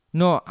no